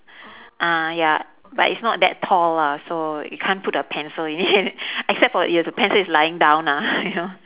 uh ya but it's not that tall lah so you can't put a pencil in it except for if the pencil is lying down lah you know